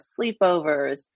sleepovers